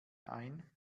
ein